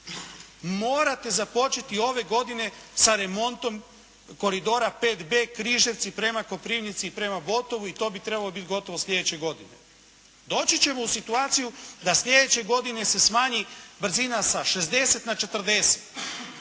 Morate započeti ove godine sa remontom koridora 5B Križevci prema Koprivnici i prema Botovu. I to bi trebalo biti gotovo sljedeće godine. Doći ćemo u situaciju da sljedeće godine se smanji brzina sa 60 na 40.